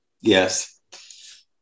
Yes